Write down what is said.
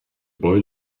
boy